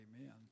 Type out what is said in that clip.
Amen